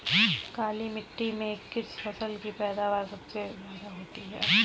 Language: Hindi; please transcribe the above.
काली मिट्टी में किस फसल की पैदावार सबसे ज्यादा होगी?